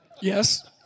Yes